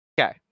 Okay